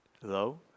Hello